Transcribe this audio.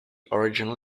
original